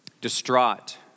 distraught